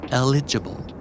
eligible